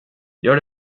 gör